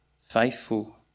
faithful